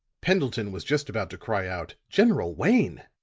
pendleton was just about to cry out general wayne,